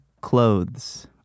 clothes